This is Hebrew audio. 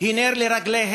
היא נר לרגליהם.